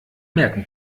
merken